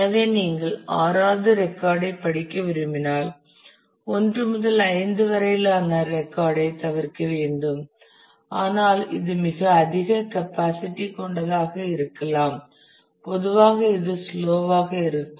எனவே நீங்கள் 6 வது ரெக்கார்ட் ஐ படிக்க விரும்பினால் 1 முதல் 5 வரையிலான ரெக்கார்ட் ஐ தவிர்க்க வேண்டும் ஆனால் இது மிக அதிக கெப்பாசிட்டி கொண்டதாக இருக்கலாம் பொதுவாக இது ஸ்லோவாக இருக்கும்